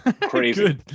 crazy